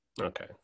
Okay